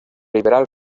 liberal